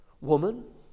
Woman